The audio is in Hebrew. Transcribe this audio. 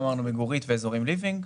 יש את מגוריט ואת אזורים ליבינג.